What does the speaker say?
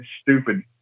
stupid